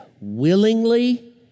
willingly